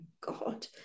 god